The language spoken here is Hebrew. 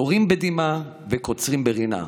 זורעים בדמעה וקוצרים ברינה,